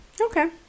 Okay